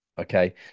Okay